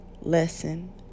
lesson